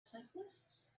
cyclists